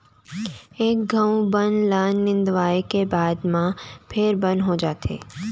एक घौं बन ल निंदवाए के बाद म फेर बन हो जाथे